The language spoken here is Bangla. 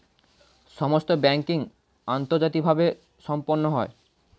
সমস্ত ব্যাংকিং আন্তর্জাতিকভাবে সম্পন্ন হয়